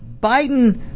Biden